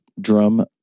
drum